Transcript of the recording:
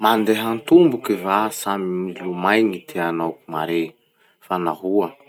Mandeha tomboky va sa milomay gny tianao mare? Fa nahoa?